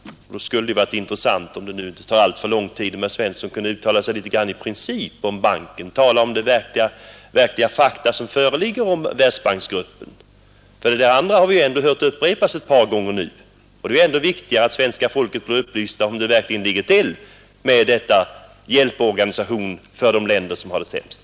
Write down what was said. Nog skulle det vara intressant, om det inte tar alltför lång tid, om han kunde uttala sig litet grand i princip om banken och säga något om de fakta som föreligger om Världsbanksgruppen, för det där andra har vi hört upprepas ett par gånger nu. Det är ju ändå viktigare att svenska folket blir upplyst om hur det verkligen ligger till med denna hjälporganisation för de länder som har det sämst.